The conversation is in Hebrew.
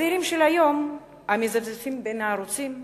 הצעירים של היום, המזפזפים בין הערוצים,